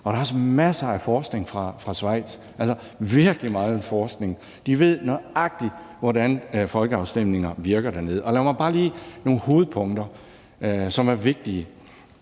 Og der er masser af forskning fra Schweiz. Der er virkelig meget forskning. De ved nøjagtig, hvordan folkeafstemninger virker, dernede. Lad mig bare lige give nogle hovedpunkter, som er vigtige: